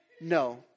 No